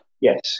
Yes